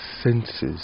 senses